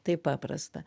taip paprasta